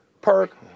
Perk